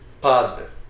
Positive